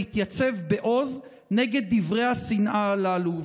להתייצב בעוז נגד דברי השנאה הללו.